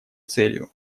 целью